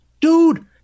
dude